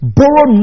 borrow